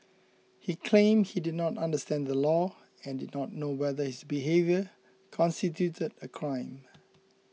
he claimed he did not understand the law and did not know whether his behaviour constituted a crime